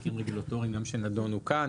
חוקים רגולטוריים שגם נדונו כאן,